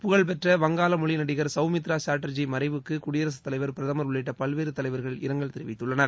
புகழ்பெற்ற வங்க மொழி நடிகர் சௌமித்திரா சாட்டர்ஜி மறைவுக்கு குடியரசுத் தலைவர் பிரதமர் உள்ளிட்ட பல்வேறு தலைவர்கள் இரங்கல் தெரிவித்துள்ளனர்